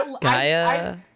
Gaia